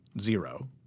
Zero